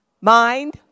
Mind